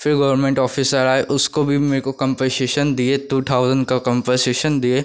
फ़िर government officer आए उसको भी मेरे को कम्पनसेसन दिए टू थाउजेंड का कम्पनसेसन दिए